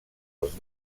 els